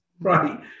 right